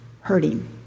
hurting